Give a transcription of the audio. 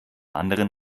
anderen